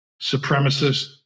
supremacist